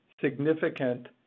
significant